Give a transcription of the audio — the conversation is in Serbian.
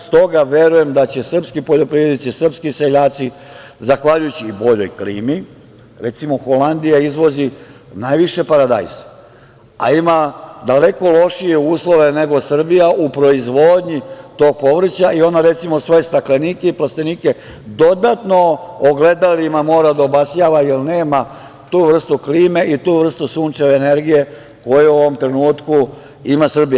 Stoga verujem da će srpski poljoprivrednici, srpski seljaci, zahvaljujući boljoj klimi, recimo, Holandija izvozi najviše paradajz, a ima daleko lošije uslove nego Srbija u proizvodnji tog povrća i ona, recimo, svoje staklenike i plastenike dodatno ogledalima mora da obasjava jer nema tu vrstu klime i tu vrstu sunčeve energije koju u ovom trenutku ima Srbija.